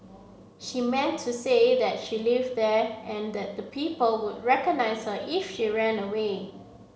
she meant to say that she lived there and that the people would recognise her if she ran away